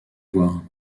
voir